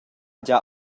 gia